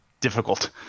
difficult